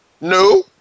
No